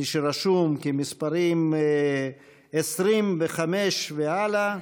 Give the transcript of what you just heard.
מי שרשומים כמספרים 25 והלאה,